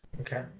Okay